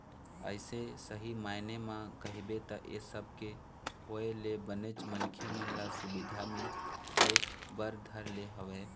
अइसे सही मायने म कहिबे त ऐ सब के होय ले बनेच मनखे मन ल सुबिधा मिले बर धर ले हवय